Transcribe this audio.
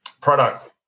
product